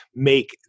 make